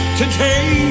today